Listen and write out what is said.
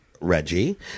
Reggie